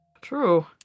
True